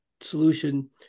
solution